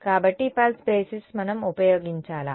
కాబట్టి pulse basis మనం ఉపయోగించాలా